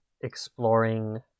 exploring